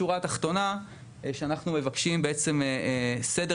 השורה התחתונה היא שאנחנו בעצם מבקשים סדר